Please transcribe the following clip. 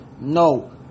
No